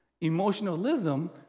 Emotionalism